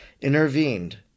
intervened